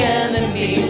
enemy